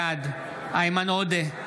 בעד איימן עודה,